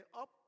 Up